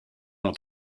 ont